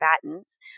combatants